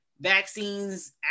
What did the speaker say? vaccines